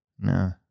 no